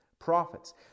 Prophets